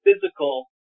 physical